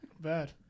bad